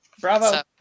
Bravo